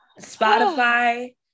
Spotify